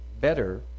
better